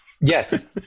Yes